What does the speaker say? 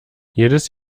jedes